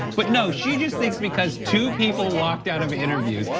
but no, she just thinks because two people walked out of interviews,